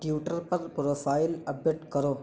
Twitter پر profile کرو